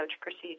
procedure